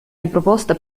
riproposta